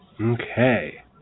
Okay